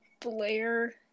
Blair